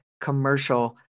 commercial